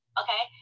okay